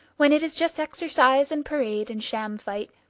when it is just exercise and parade and sham fight.